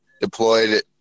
deployed